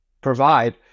provide